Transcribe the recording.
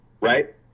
right